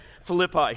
Philippi